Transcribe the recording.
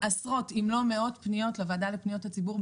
עשרות אם לא מאות פניות לוועדה לפניות הציבור,